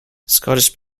scottish